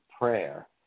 prayer